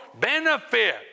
benefit